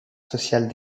social